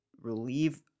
relieve